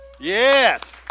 Yes